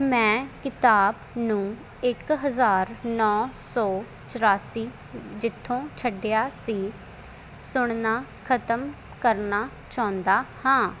ਮੈਂ ਕਿਤਾਬ ਨੂੰ ਇੱਕ ਹਜ਼ਾਰ ਨੌਂ ਸੌ ਚੁਰਾਸੀ ਜਿੱਥੋਂ ਛੱਡਿਆ ਸੀ ਸੁਣਨਾ ਖਤਮ ਕਰਨਾ ਚਾਹੁੰਦਾ ਹਾਂ